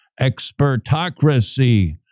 expertocracy